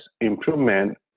improvement